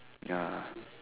ya